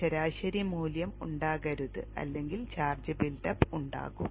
ഒരു ശരാശരി മൂല്യം ഉണ്ടാകരുത് അല്ലെങ്കിൽ ചാർജ് ബിൽഡ് അപ്പ് ഉണ്ടാകും